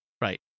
Right